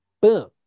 Boom